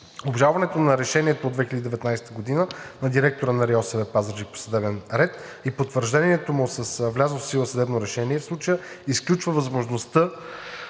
Обжалването на решението от 2019 г. на директора на РИОСВ – Пазарджик, по съдебен ред и потвърждението му с влязло в сила съдебно решение в случая изключва възможността